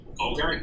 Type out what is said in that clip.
Okay